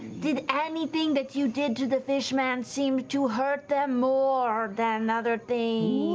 did anything that you did to the fishmen seem to hurt them more than other things?